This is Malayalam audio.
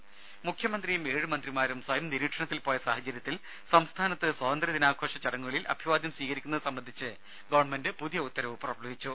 രുമ മുഖ്യമന്ത്രിയും ഏഴ് മന്ത്രിമാരും സ്വയം നിരീക്ഷണത്തിൽ പോയ സാഹചര്യത്തിൽ സംസ്ഥാനത്ത് സ്വാതന്ത്ര്യദിനാഘോഷ ചടങ്ങുകളിൽ അഭിവാദ്യം സ്വീകരിക്കുന്നത് സംബന്ധിച്ച് ഗവൺമെന്റ് പുതിയ ഉത്തരവ് പുറപ്പെടുവിച്ചു